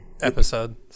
episode